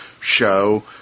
show